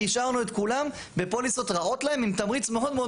כי השארנו את כולם בפוליסות רעות להם עם תמריץ מאוד מאוד